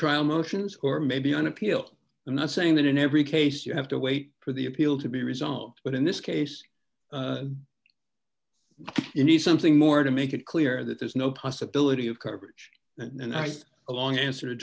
trial motions or maybe an appeal the not saying that in every case you have to wait for the appeal to be resolved but in this case you need something more to make it clear that there's no possibility of coverage and i think a long answer